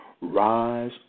rise